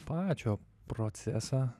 pačio procesą